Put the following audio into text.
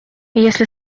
если